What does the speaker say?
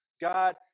God